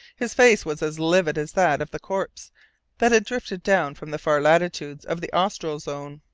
his face was as livid as that of the corpse that had drifted down from the far latitudes of the austral zone.